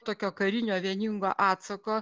tokio karinio vieningo atsako